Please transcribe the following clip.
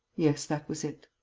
yes. that was it.